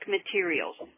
Materials